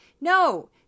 No